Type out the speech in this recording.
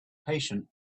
patient